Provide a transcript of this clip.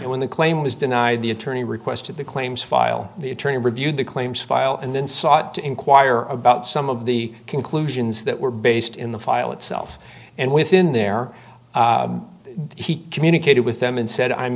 reliance when the claim was denied the attorney requested the claims file the attorney reviewed the claims filed and then sought to enquire about some of the conclusions that were based in the file itself and within there he communicated with them and said i'm